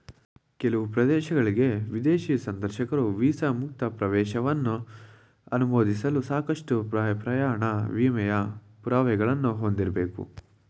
ಕೆಲವು ದೇಶಗಳ್ಗೆ ವಿದೇಶಿ ಸಂದರ್ಶಕರು ವೀಸಾ ಮುಕ್ತ ಪ್ರವೇಶವನ್ನ ಅನುಮೋದಿಸಲು ಸಾಕಷ್ಟು ಪ್ರಯಾಣ ವಿಮೆಯ ಪುರಾವೆಗಳನ್ನ ಹೊಂದಿರಬೇಕು